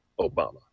Obama